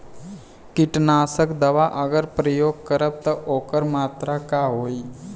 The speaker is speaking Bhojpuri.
कीटनाशक दवा अगर प्रयोग करब त ओकर मात्रा का होई?